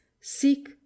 seek